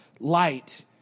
Light